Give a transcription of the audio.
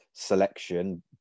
selection